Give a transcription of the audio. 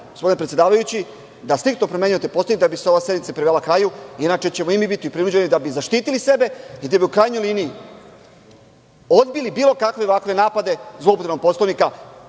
gospodine predsedavajući da striktno primenjujete Poslovnik da bi se ova sednica privela kraju, inače ćemo i mi biti prinuđeni da bi zaštitili sebe i u krajnjoj liniji da bi odbili bilo kakve napade zloupotrebe Poslovnika,